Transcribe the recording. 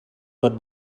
tot